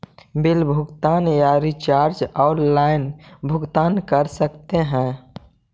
Bill भुगतान या recharge online भुगतान कर सकते हैं?